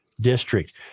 district